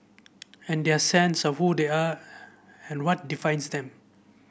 and their sense of who they are and what defines them